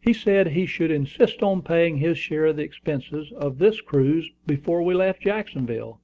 he said he should insist on paying his share of the expenses of this cruise before we left jacksonville